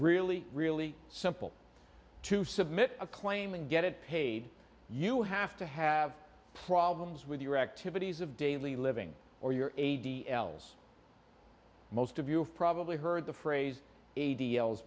really really simple to submit a claim and get it paid you have to have problems with your activities of daily living or your a d t else most of you have probably heard the phrase a d